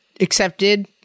accepted